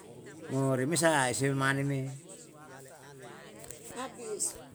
Mo remesa eseme mane me